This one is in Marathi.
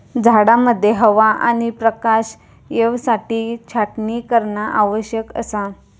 झाडांमध्ये हवा आणि प्रकाश येवसाठी छाटणी करणा आवश्यक असा